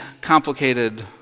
complicated